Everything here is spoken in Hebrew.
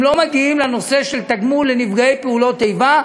הם לא מגיעים לנושא של תגמול לנפגעי פעולות איבה,